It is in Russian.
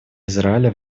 израиля